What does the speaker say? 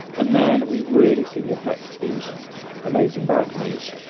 and then we really see the effect of these amazing balconies,